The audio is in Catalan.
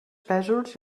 pèsols